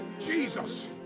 Jesus